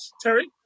Terry